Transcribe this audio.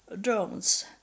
drones